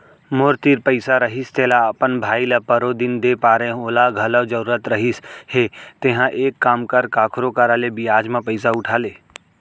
मोर तीर पइसा रहिस तेला अपन भाई ल परोदिन दे परेव ओला घलौ जरूरत रहिस हे तेंहा एक काम कर कखरो करा ले बियाज म पइसा उठा ले